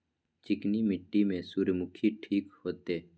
चिकनी मिट्टी में सूर्यमुखी ठीक होते?